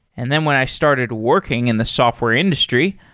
and then when i started working in the software industry,